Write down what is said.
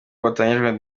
byatangajwe